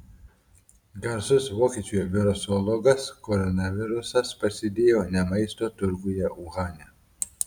garsus vokiečių virusologas koronavirusas prasidėjo ne maisto turguje uhane